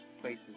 places